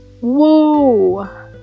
whoa